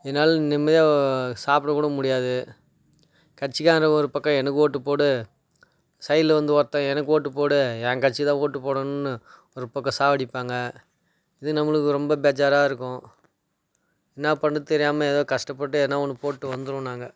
நிம்மதியாக சாப்பிட கூட முடியாது கட்சிக்காரன் ஒரு பக்கம் எனக்கு ஓட்டு போடு சைடில் வந்து ஒருத்தன் எனக்கு ஓட்டு போடு என் கட்சிக்கு தான் ஓட்டு போடணுன்னு ஒரு பக்கம் சாகடிப்பாங்க இது நம்மளுக்கு ரொம்ப பேஜாராக இருக்கும் என்ன பண்ண தெரியாமல் எதோ கஷ்டப்பட்டு எதுன்னா ஒன்னு போட்டு வந்துடுவோம் நாங்கள்